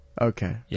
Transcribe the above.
Okay